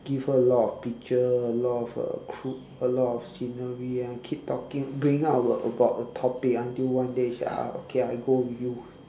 give her a lot of picture a lot of uh cru~ a lot of scenery and keep talking bringing up about about the topic until one day she ah okay one day I go with you